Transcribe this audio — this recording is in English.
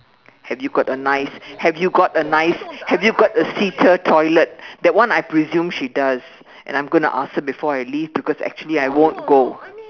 have you got a nice have you got a nice have you got a seater toilet that one I presume she does and I'm going to ask her before I leave because actually I won't go